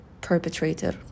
perpetrator